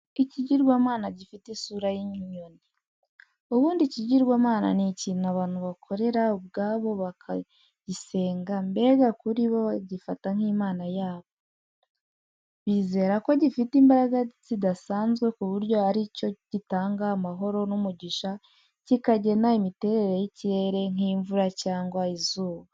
Ikigirwamana gifite isura y'inyoni. Ubundi ikigirwamana ni ikintu abantu bikorera ubwabo bakagisenga, mbega kuri bo bagifata nk'Imana yabo. Bizera ko gifite imbaraga zidasanzwe ku buryo ari cyo gitanga amahoro n'umugisha kikagena imiterere y'ikirere nk'imvura cyangwa izuba.